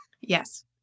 Yes